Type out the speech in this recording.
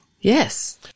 Yes